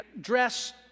dress